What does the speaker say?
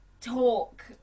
talk